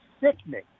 sickening